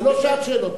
זה לא שעת שאלות.